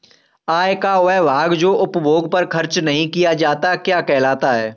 आय का वह भाग जो उपभोग पर खर्च नही किया जाता क्या कहलाता है?